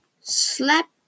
slap